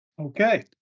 Okay